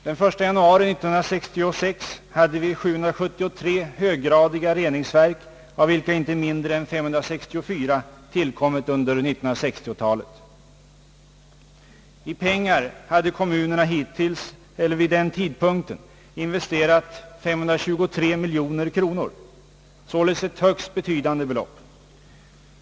Den 1 januari 1966 hade vi 773 höggradiga reningsverk, av vilka inte mindre än 564 tillkommit under 1960-talet. I pengar hade kommunerna vid den tidpunkten investerat 523 miljoner kronor, således ett högst betydande belopp.